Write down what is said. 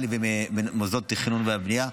מהמוניציפלי וממוסדות התכנון והבנייה,